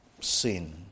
sin